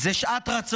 זו שעת רצון.